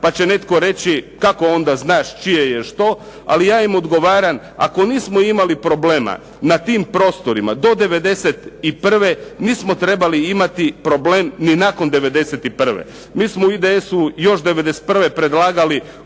pa će netko reći kako onda znaš čije je što. Ali ja im odgovaram ako nismo imali problema na tim prostorima do 91. nismo trebali imati problem ni nakon 91. Mi smo u IDS-u još 91. predlagali